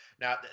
Now